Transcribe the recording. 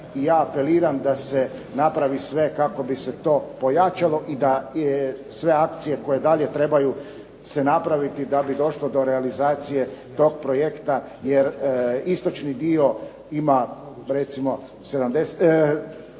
i ja apeliram da se napravi sve kako bi se to pojačalo i da sve akcije koje dalje trebaju se napraviti da bi došlo do realizacije tog projekta. Jer istočni dio ima recimo 50%